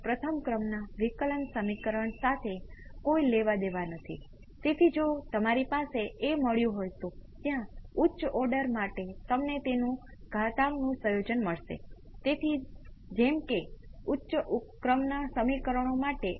study state response પોતે સુપર પોઝિશનને અનુસરે છે એટલે કે જો તમારી પાસે ઇનપુટ x હોય તો તમને steady state response y input અને અન્ય કેટલાક સ્ટડી સ્ટેટ રિસ્પોન્સ માટે મળે છે